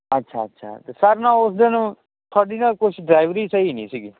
ਅੱਛਾ ਅੱਛਾ ਤੇ ਸਰ ਨਾ ਉਸ ਦਿਨ ਤੁਹਾਡੀ ਨਾ ਕੁਛ ਡਰਾਈਵਰੀ ਸਹੀ ਨੀ ਸੀਗੀ